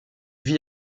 vit